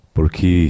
Porque